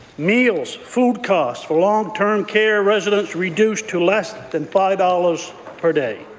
meals, food costs for long-term care residents reduced to less than five dollars per day.